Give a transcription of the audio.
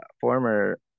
former